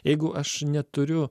jeigu aš neturiu